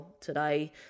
today